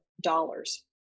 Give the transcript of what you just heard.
dollars